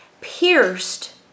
pierced